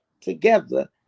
together